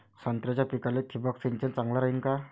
संत्र्याच्या पिकाले थिंबक सिंचन चांगलं रायीन का?